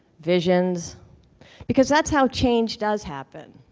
visions because that's how change does happen.